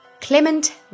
Clement